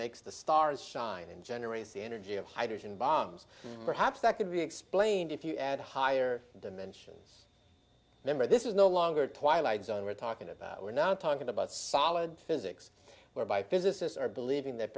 makes the stars shine and generates the energy of hydrogen bombs perhaps that could be explained if you add higher dimensions member this is no longer twilight zone we're talking about we're now talking about solid physics whereby physicists are believing that